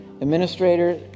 administrator